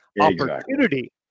opportunity